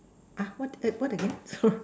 ah what what again sorry